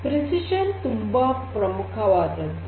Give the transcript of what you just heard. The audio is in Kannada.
ನಿಖರತೆ ತುಂಬಾ ಮುಖ್ಯವಾದದ್ದು